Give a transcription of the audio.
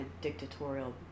dictatorial